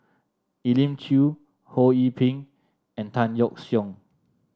Elim Chew Ho Yee Ping and Tan Yeok Seong